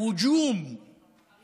יש על הפנים שלהם